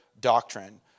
doctrine